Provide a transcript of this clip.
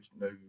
no